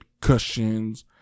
cushions